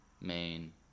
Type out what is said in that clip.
main